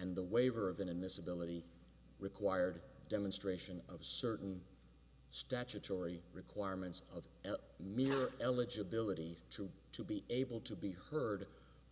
and the waiver of than in this ability required demonstration of certain statutory requirements of mere eligibility to to be able to be heard